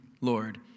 Lord